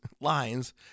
lines